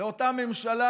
לאותה ממשלה,